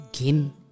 again